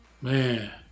man